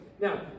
now